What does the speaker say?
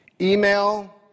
email